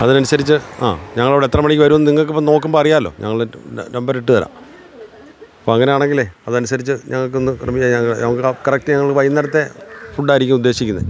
അതിന് അനുസരിച്ച് ഞങ്ങളവിടെ എത്ര മണിക്ക് വരും എന്ന് നിങ്ങൾക്ക് നോക്കുമ്പോൾ അറിയാമല്ലോ ഞങ്ങൾ നമ്പര് ഇട്ടുതരാം അപ്പം അങ്ങനെയാണെങ്കിലേ അത് അനുസരിച്ച് ഞങ്ങൾക്കൊന്ന് ഞങ്ങൾക്ക് കറക്റ്റായി വൈകുന്നേരത്തെ ഫുഡായിരിക്കും ഉദ്ദേശിക്കുന്നത്